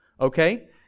Okay